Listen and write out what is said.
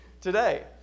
today